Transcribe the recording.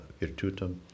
virtutum